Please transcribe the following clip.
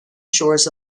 shores